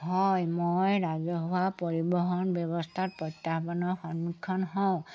হয় মই ৰাজহুৱা পৰিবহণ ব্যৱস্থাত প্ৰত্যাহ্বানৰ সন্মুখীন হওঁ